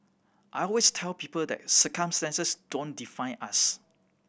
I always tell people that circumstances don't define us